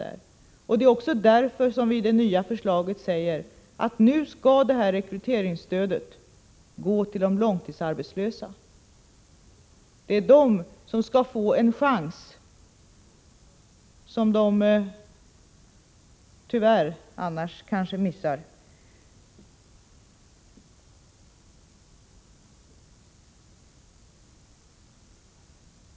Därför förklarar vi också i det nya förslaget att rekryteringsstödet skall gå till de långtidsarbetslösa. De skall få en chans, som de annars tyvärr kanske missar.